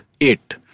Eight